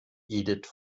edith